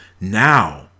Now